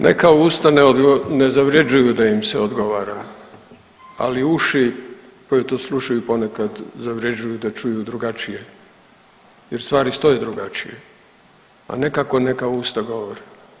Neka usta ne zavrjeđuju da im se odgovara, ali uši koje to slušaju ponekad zavrjeđuju da čuju drugačije jer stvari stoje drugačije, a ne kako neka usta govore.